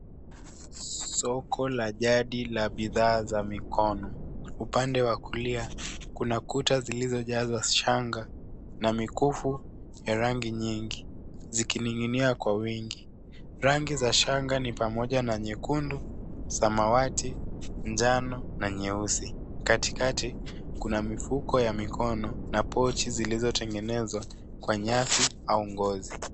Soko la jadi la bidhaa za mikono. Upande wa kulia kuna kuta zilizojazwa shanga na mikufu ya rangi nyingi zikining'inia kwa wingi. Rangi za shanga ni pamoja na nyekundu, samawati, manjano na nyeusi. Katikati kuna mifuko ya mikono na pochi zilizotengenezwa kwa nyasi au ngozi.